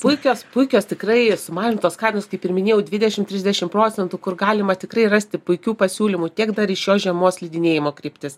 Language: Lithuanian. puikios puikios tikrai sumažintos kainos kaip ir minėjau dvidešim trisdešim procentų kur galima tikrai rasti puikių pasiūlymų tiek dar į šios žiemos slidinėjimo kryptis